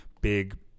big